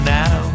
now